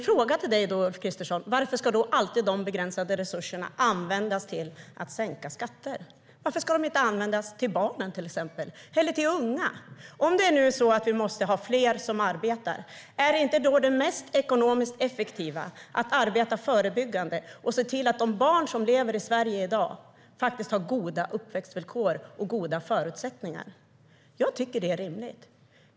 Jag vill därför fråga Ulf Kristersson: Varför ska de begränsade resurserna alltid användas till att sänka skatter? Varför ska de inte användas till exempel till barnen eller till unga? Om vi måste ha fler som arbetar, är inte det ekonomiskt mest effektiva då att arbeta förebyggande och se till att de barn som lever i Sverige i dag har goda uppväxtvillkor och goda förutsättningar? Jag tycker att det är rimligt.